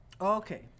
okay